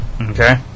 Okay